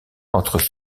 entre